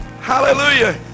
hallelujah